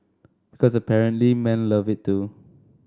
because apparently men love it too